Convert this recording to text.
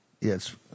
Yes